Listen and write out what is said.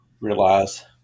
realize